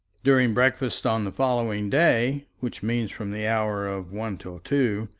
during breakfast on the following day which means from the hour of one till two,